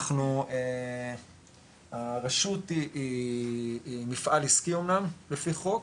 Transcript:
אנחנו, הרשות היא מפעל עיסקי אמנם לפי חוק,